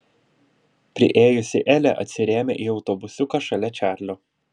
priėjusi elė atsirėmė į autobusiuką šalia čarlio